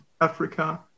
Africa